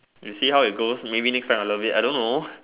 we see how it goes maybe next time I love it I don't know